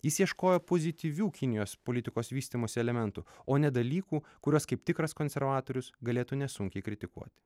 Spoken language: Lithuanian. jis ieškojo pozityvių kinijos politikos vystymosi elementų o ne dalykų kuriuos kaip tikras konservatorius galėtų nesunkiai kritikuoti